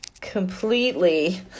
completely